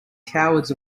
cowards